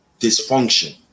dysfunction